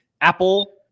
apple